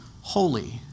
holy